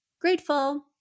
Grateful